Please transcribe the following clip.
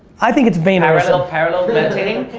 i think it's vaynerism. parallel meditating?